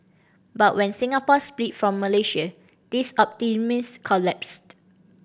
but when Singapore split from Malaysia this optimism collapsed